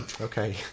Okay